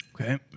Okay